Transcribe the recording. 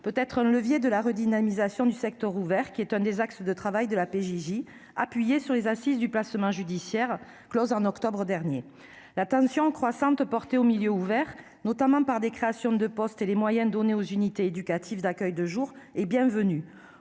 peut être un levier de la redynamisation du secteur ouvert ; c'est l'un des axes de travail de la PJJ, qui s'appuie sur les Assises du placement judiciaire, closes en octobre dernier. L'attention croissante portée au milieu ouvert, notamment par des créations de postes et les moyens donnés aux unités éducatives d'accueil de jour, est bienvenue.